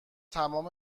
تمام